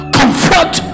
confront